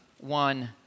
one